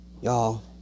Y'all